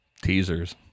Teasers